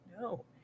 no